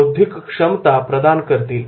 बौद्धिक क्षमता प्रदान करतील